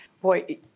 Boy